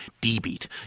D-beat